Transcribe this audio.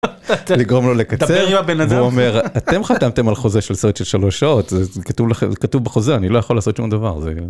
לגרום לו לקצר, הוא אומר אתם חתמתם על חוזה של סרט של שלוש שעות, כתוב בחוזה אני לא יכול לעשות שום דבר.